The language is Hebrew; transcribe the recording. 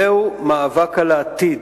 זהו מאבק על העתיד,